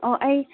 ꯑꯣ ꯑꯩ